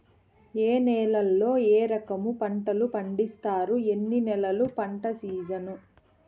ఏ నేలల్లో ఏ రకము పంటలు పండిస్తారు, ఎన్ని నెలలు పంట సిజన్?